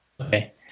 Okay